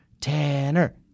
Tanner